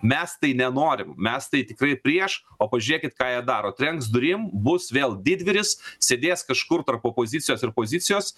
mes tai nenorim mes tai tikrai prieš o pažiūrėkit ką jie daro trenks durim bus vėl didvyris sėdės kažkur tarp opozicijos ir pozicijos